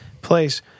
place